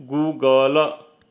Google